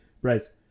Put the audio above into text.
Bryce